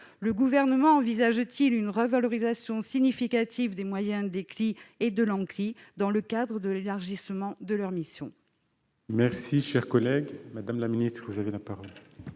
le Gouvernement envisage-t-il une revalorisation significative des moyens des CLI et de l'Anccli dans le cadre de l'élargissement de leurs missions ?